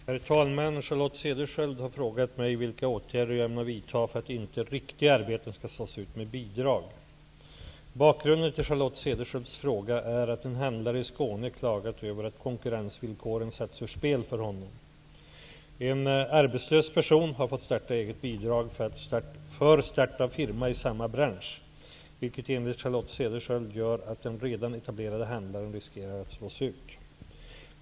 Herr talman! Charlotte Cederschiöld har frågat mig vilka åtgärder jag ämnar vidta för att inte riktiga arbeten skall slås ut med bidrag. Bakgrunden till Charlotte Cederschiölds fråga är att en handlare i Skåne klagat över att konkurrensvillkoren satts ur spel för honom. En arbetslös person har fått starta-eget-bidrag för start av firma i samma bransch, vilket enligt Charlotte Cederschiöld gör att den redan etablerade handlaren riskerar att slås ut.